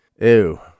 ew